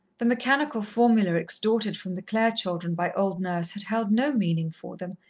the mechanical formula extorted from the clare children by old nurse had held no meaning for them,